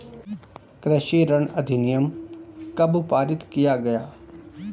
कृषि ऋण अधिनियम कब पारित किया गया?